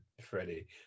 Freddie